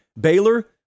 Baylor